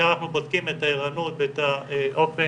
ששם אנחנו בודקים את הערנות ואת אופן